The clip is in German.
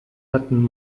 hatten